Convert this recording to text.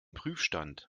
prüfstand